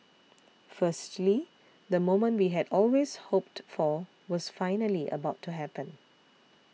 firstly the moment we had always hoped for was finally about to happen